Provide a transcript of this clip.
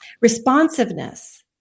responsiveness